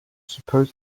supposed